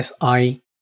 SI